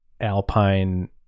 Alpine